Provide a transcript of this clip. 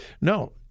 No